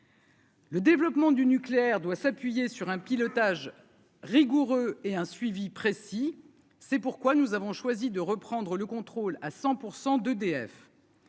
Le développement du nucléaire doit s'appuyer sur un pilotage rigoureux et un suivi précis, c'est pourquoi nous avons choisi de reprendre le contrôle à 100 % d'EDF.